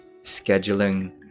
scheduling